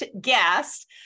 guest